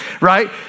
right